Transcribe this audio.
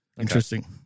Interesting